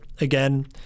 again